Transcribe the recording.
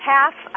half